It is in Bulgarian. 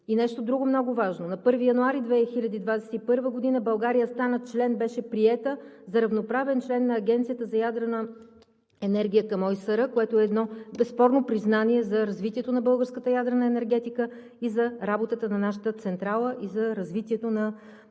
И нещо друго много важно – на 1 януари 2021 г. България стана член, беше приета за равноправен член на Агенцията за ядрена енергия към ОИСР, което е едно безспорно признание за развитието на българската ядрена енергетика, за работата на нашата централа и за развитието на